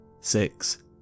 six